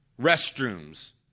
restrooms